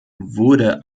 wurde